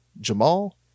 jamal